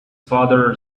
father